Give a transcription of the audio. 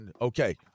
okay